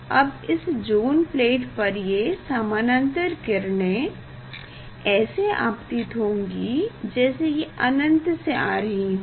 तो अब इस जोन प्लेट पर ये समानांतर किरणें ऐसे आपतित होंगी जैसे ये अनंत से आ रही हों